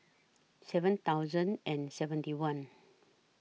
seven thousand and seventy one